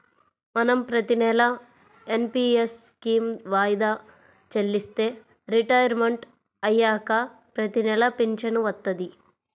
మనం ప్రతినెలా NPS scheme వాయిదా చెల్లిస్తే రిటైర్మంట్ అయ్యాక ప్రతినెలా పింఛను వత్తది